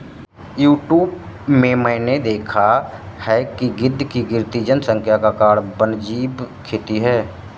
YouTube में मैंने देखा है कि गिद्ध की गिरती जनसंख्या का कारण वन्यजीव खेती है